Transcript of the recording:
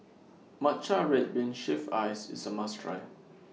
Matcha Red Bean Shaved Ice IS A must Try